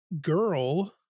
girl